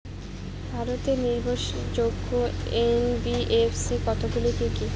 ভারতের নির্ভরযোগ্য এন.বি.এফ.সি কতগুলি কি কি?